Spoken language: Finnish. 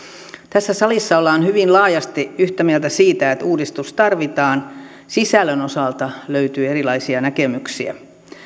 tässä salissa ollaan hyvin laajasti yhtä mieltä siitä että uudistus tarvitaan sisällön osalta löytyy erilaisia näkemyksiä